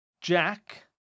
Jack